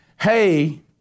hey